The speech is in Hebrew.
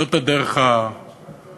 זאת הדרך הטובה.